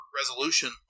resolution